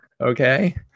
okay